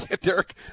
Derek